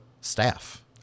staff